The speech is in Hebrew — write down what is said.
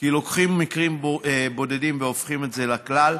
כי לוקחים מקרים בודדים והופכים את זה לכלל,